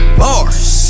bars